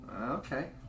Okay